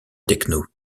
techno